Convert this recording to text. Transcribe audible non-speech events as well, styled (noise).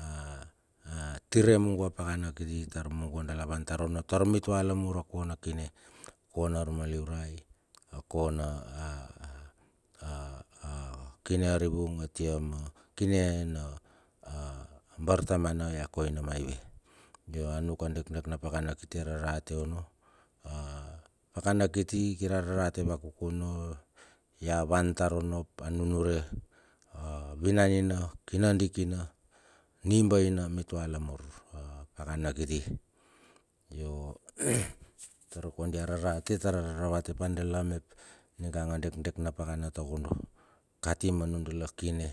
A tiri mugo a pakana kiti tar mugo dala wan tar ono tar mitua lamur akona kine akona armaliurai akona (hesitation) akine arivung atia ma akune na bartamana ya koina maive yo anuk adekdek na pakana kiti a rarate onno a pakana kiti kir a rarate wakuku ono ya wan tar ono ap a nunun re awinanina kina dikina animba ina mitua lamur a pakana kiti yo tar kondi a rarate tar araravate kine